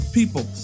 People